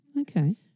okay